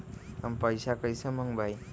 हम पैसा कईसे मंगवाई?